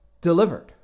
delivered